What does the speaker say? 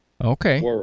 Okay